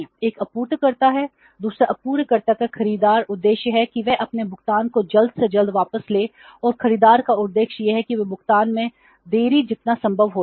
एक आपूर्तिकर्ता है दूसरा आपूर्तिकर्ता का खरीदार उद्देश्य है कि वह अपने भुगतान को जल्द से जल्द वापस ले और खरीदार का उद्देश्य यह है कि वह भुगतान में देरी जितना संभव हो सके